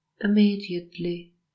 immediately